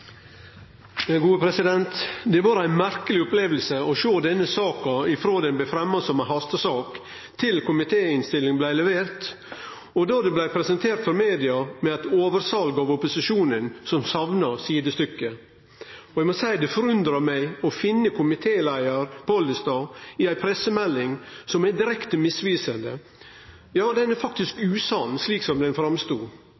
Det har vore ei merkeleg oppleving å sjå denne saka frå ho blei fremja som hastesak, til komitéinnstilling blei levert og presentert for media med eit oversal frå opposisjonen som saknar sidestykke. Og eg må seie det forundrar meg å finne komitéleiar Pollestad i ei pressemelding som er direkte misvisande, ja ho er faktisk usann, slik det framstod. I NTB-meldinga stod